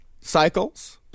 cycles